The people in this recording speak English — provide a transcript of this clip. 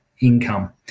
income